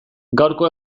gaurko